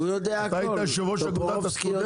אתה היית יושב-ראש אגודת הסטודנטים.